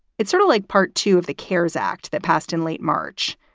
it's sort of like part two of the keres act that passed in late march.